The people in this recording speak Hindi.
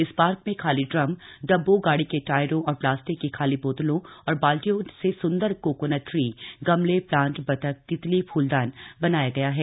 इस पार्क में खाली ड्रम डब्बों गाड़ी के टायरों और प्लास्टिक की खाली बोतलों और बाल्टियों से सुन्दर कोकोनट ट्री गमले प्लांट बतख तितली फूलदान बनाया गया है